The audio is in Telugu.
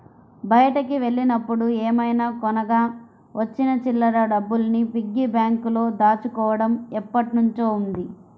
బయటికి వెళ్ళినప్పుడు ఏమైనా కొనగా వచ్చిన చిల్లర డబ్బుల్ని పిగ్గీ బ్యాంకులో దాచుకోడం ఎప్పట్నుంచో ఉంది